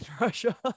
Russia